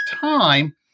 time